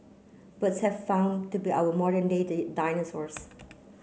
birds have found to be our modern day day dinosaurs